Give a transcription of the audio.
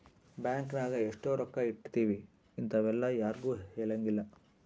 bank ನಾಗ ಎಷ್ಟ ರೊಕ್ಕ ಇಟ್ತೀವಿ ಇಂತವೆಲ್ಲ ಯಾರ್ಗು ಹೆಲಂಗಿಲ್ಲ